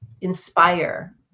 inspire